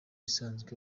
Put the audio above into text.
isanzwe